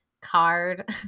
card